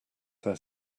their